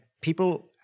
people